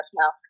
now